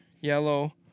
yellow